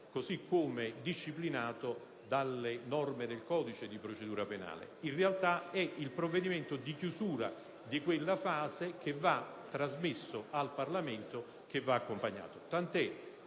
così come disciplinato dalle norme del codice di procedura penale. In realtà, è il provvedimento di chiusura di quella fase, che va trasmesso al Parlamento e che va accompagnato,